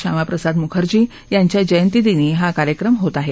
श्यामाप्रसाद मुखर्जी यांच्या जयंतीदिनी हा कार्यक्रम होत आहे